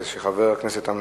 חבר הכנסת מסעוד